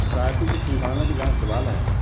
तो प्राकृतिक संसाधनों के जहाँ सवाल है